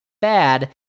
bad